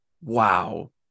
wow